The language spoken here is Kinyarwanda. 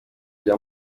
bya